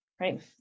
right